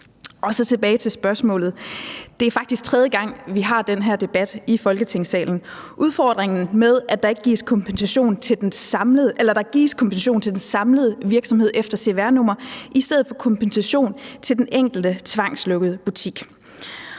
tilbage til spørgsmålet. Det er faktisk tredje gang, vi har den her debat i Folketingssalen om udfordringen med, at der gives kompensation til den samlede virksomhed efter cvr-nummer i stedet for kompensation til den enkelte tvangslukkede butik.